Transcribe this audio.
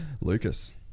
lucas